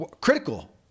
critical